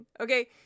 Okay